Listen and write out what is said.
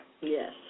Yes